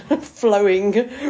Flowing